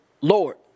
Lord